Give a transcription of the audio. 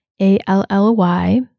A-L-L-Y